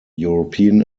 european